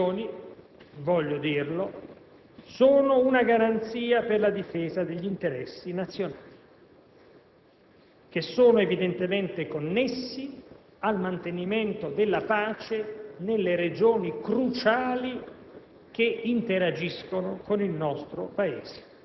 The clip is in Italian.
Queste missioni sono coerenti con la necessità di una forte assunzione di responsabilità, da cui dipende anche l'efficacia di una politica multilaterale che, se non produce pace e sicurezza, non serve a nulla.